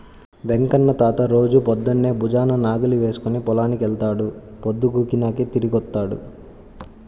వెంకన్న తాత రోజూ పొద్దన్నే భుజాన నాగలి వేసుకుని పొలానికి వెళ్తాడు, పొద్దుగూకినాకే తిరిగొత్తాడు